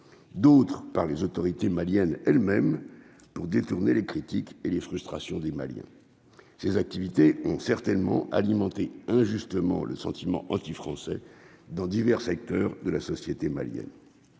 d'autre part, les autorités maliennes elles-mêmes pour détourner les critiques et les frustrations des Maliens, ces activités ont certainement alimenter injustement le sentiment anti-français dans divers secteurs de la société malienne,